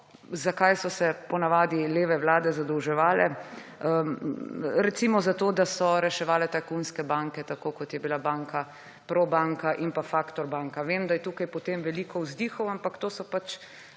za kaj so se po navadi leve vlade zadolževale, recimo za to, da so reševale tajkunske banke, tako kot je bila banka Probanka in Factor banka. Vem, da je tukaj potem veliko vzdihov, ampak to so pač